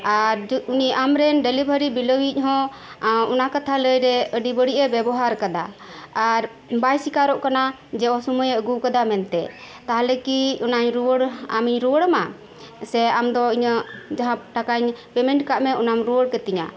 ᱟᱨ ᱟᱢᱨᱮᱱ ᱰᱮᱞᱤᱵᱷᱟᱹᱨᱤ ᱵᱤᱞᱟᱹᱣ ᱤᱡ ᱦᱚᱸ ᱚᱱᱟ ᱠᱟᱛᱷᱟ ᱞᱟᱹᱭ ᱨᱮ ᱟᱹᱰᱤ ᱵᱟᱹᱲᱤᱡᱮ ᱵᱮᱵᱚᱦᱟᱨ ᱟᱠᱟᱫᱟ ᱟᱨ ᱵᱟᱭ ᱥᱤᱠᱟᱨᱤᱚᱜ ᱠᱟᱱᱟ ᱡᱮ ᱚᱥᱳᱢᱚᱭᱮ ᱟᱹᱜᱩ ᱟᱠᱟᱫᱟ ᱢᱮᱱ ᱛᱮ ᱛᱟᱦᱚᱞᱮ ᱠᱤ ᱚᱱᱟᱧ ᱨᱩᱭᱟᱹᱲ ᱟᱢ ᱤᱧ ᱨᱩᱭᱟᱹᱲ ᱟᱢᱟ ᱥᱮ ᱟᱢᱫᱚ ᱤᱧᱟᱹ ᱡᱟᱦᱟ ᱴᱟᱠᱟᱧ ᱯᱮᱢᱮᱱᱴ ᱟᱠᱟᱫ ᱢᱮ ᱚᱱᱟᱢ ᱨᱩᱭᱟᱹᱲ ᱠᱟᱹᱛᱤᱧᱟᱱ